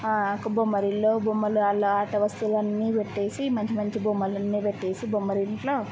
కొ బొమ్మరిళ్ళు బొమ్మలు అలా ఆటవస్తువులన్నీ పెట్టేసి మంచి మంచి బొమ్మలన్నీ పెట్టేసి బొమ్మరింట్లో